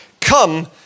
come